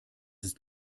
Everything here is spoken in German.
ist